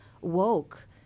woke